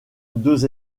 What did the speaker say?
deux